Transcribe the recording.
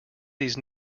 these